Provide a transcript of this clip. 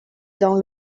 dans